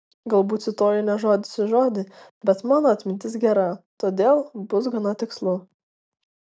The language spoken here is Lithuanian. galbūt cituoju ne žodis į žodį bet mano atmintis gera todėl bus gana tikslu